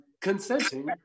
consenting